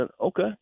okay